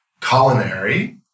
Culinary